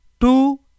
two